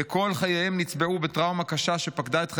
וכל חייהם נצבעו בטראומה הקשה שפקדה את חייהם,